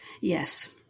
Yes